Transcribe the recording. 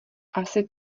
asi